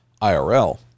IRL